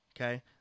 Okay